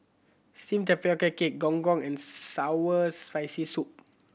steamed tapioca cake Gong Gong and sour Spicy Soup